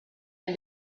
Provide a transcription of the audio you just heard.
and